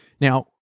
now